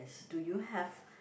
do you have